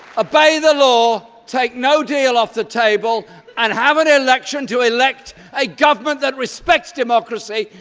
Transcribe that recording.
obey the law, take no deal off the table and have an election to elect a government that respects democracy,